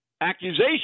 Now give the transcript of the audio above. accusation